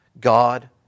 God